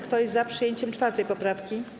Kto jest za przyjęciem 4. poprawki?